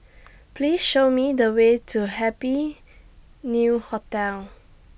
Please Show Me The Way to Happy New Hotel